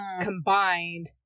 combined